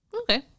Okay